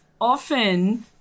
often